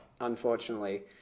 unfortunately